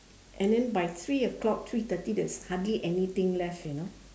and then by three o-clock three thirty there is hardly anything left you know